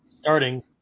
starting